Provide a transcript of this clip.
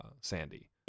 Sandy